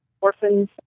orphans